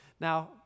Now